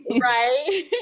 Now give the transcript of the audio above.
Right